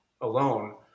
alone